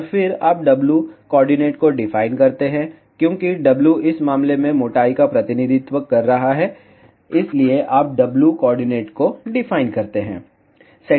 और फिर आप W कोऑर्डिनेट को डिफाइन करते हैं क्योंकि w इस मामले में मोटाई का प्रतिनिधित्व कर रहा है इसलिए आप w कोऑर्डिनेट को डिफाइन करते हैं